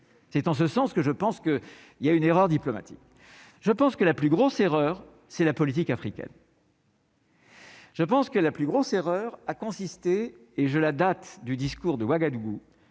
c'est en ce sens que je pense que il y a une erreur diplomatique, je pense que la plus grosse erreur, c'est la politique africaine. Je pense que la plus grosse erreur a consisté, et je la date du discours de Ouagadougou